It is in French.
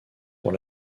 pour